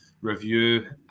review